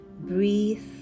Breathe